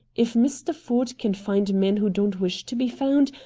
if mr. ford can find men who don't wish to be found,